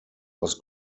was